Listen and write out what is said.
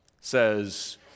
says